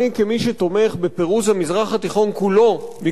כמי שתומך בפירוז המזרח התיכון כולו מכל